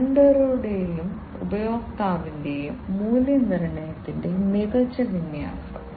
വെണ്ടറുടെയും ഉപഭോക്താവിന്റെയും മൂല്യനിർണ്ണയത്തിന്റെ മികച്ച വിന്യാസം